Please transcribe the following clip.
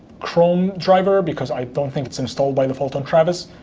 chrome driver, because i don't think it's installed by default on travis.